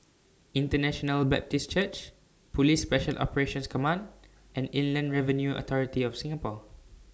International Baptist Church Police Special Operations Command and Inland Revenue Authority of Singapore